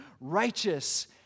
Righteous